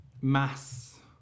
mass